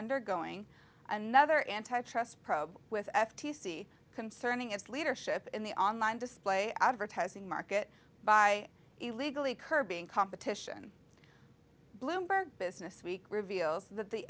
undergoing another anti trust probe with f t c concerning its leadership in the online display advertising market by illegally curbing competition bloomberg businessweek reveals that the